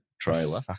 trailer